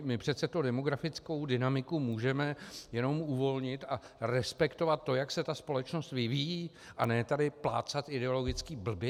My přece demografickou dynamiku můžeme jenom uvolnit a respektovat to, jak se společnost vyvíjí, a ne tady plácat ideologické blbiny!